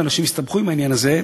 ואנשים הסתבכו עם העניין הזה.